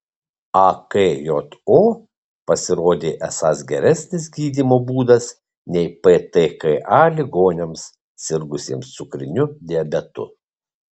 akjo pasirodė esąs geresnis gydymo būdas nei ptka ligoniams sirgusiems cukriniu diabetu